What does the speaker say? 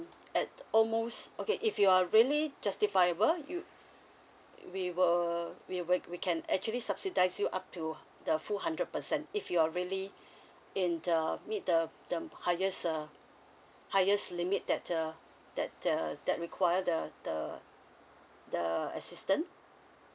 at almost okay if you are really justifiable you we will we will we can actually subsidise you up to the full hundred percent if you're really in uh meet the the highest uh highest limit that uh that uh that require the the the assistance